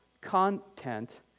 content